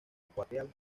ecuatorial